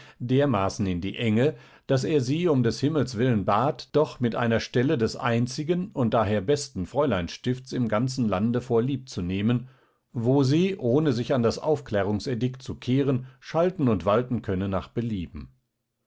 dermaßen in die enge daß er sie um des himmels willen bat doch mit einer stelle des einzigen und daher besten fräuleinstifts im ganzen lande vorliebzunehmen wo sie ohne sich an das aufklärungsedikt zu kehren schalten und walten könne nach belieben